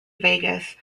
vegas